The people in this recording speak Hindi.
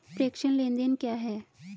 प्रेषण लेनदेन क्या है?